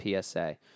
PSA